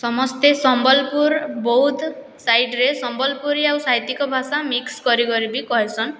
ସମସ୍ତେ ସମ୍ବଲପୁର ବହୁତ୍ ସାଇଡ଼୍ରେ ସମ୍ବଲପୁରୀ ଆଉ ସାହିତିକ ଭାଷା ମିକ୍ସ କରି କରି ବି କହେସନ୍